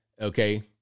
Okay